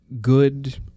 good